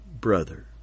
brother